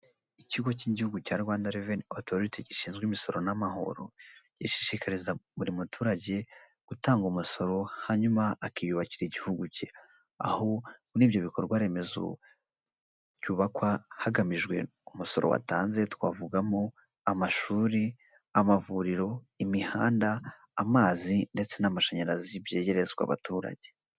Ikigo cy'Igihugu cya RRA gishinzwe imisoro n'amahoro, gishishikariza buri muturage gutanga umusoro. Hanyuma akiyubakira igihugu cye. Aho muri ibyo bikorwa remezo byubakwa hagamijwe umusoro watanze twavugamo amashuri, amavuriro, imihanda, amazi ndetse n'amashanyarazi byegerezwa abaturage.